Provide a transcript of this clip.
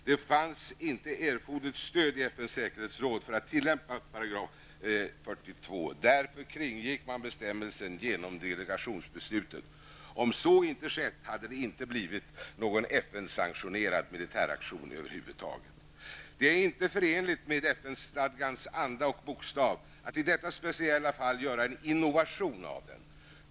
Det fanns inte erforderligt stöd i FNs säkerhetsråd för att tillämpa 42 §, därför kringgick man bestämmelsen genom delegationsbeslutet. Om så inte skett hade det inte blivit någon FN sanktionerad militäraktion över huvud taget. Det är inte förenligt med FN-stadgans anda och bokstav att i detta speciella fall göra en innovation av den.